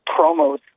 promos